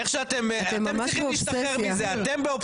אתם ממש באובססיה.